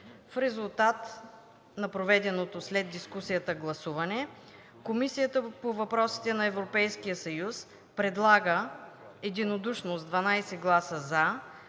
В резултат на проведеното след дискусията гласуване Комисията по въпросите на Европейския съюз предлага единодушно с 12 гласа „за“